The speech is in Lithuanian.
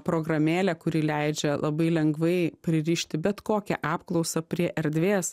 programėlė kuri leidžia labai lengvai pririšti bet kokią apklausą prie erdvės